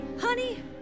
Honey